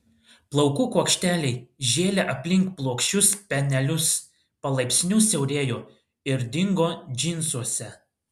plaukų kuokšteliai žėlė aplink plokščius spenelius palaipsniui siaurėjo ir dingo džinsuose